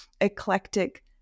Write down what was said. eclectic